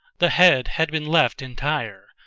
the head had been left entire,